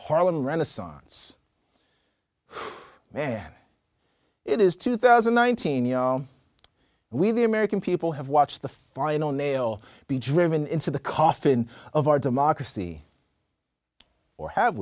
harlem renaissance man it is two thousand and nineteen you know we the american people have watched the final nail be driven into the coffin of our democracy or have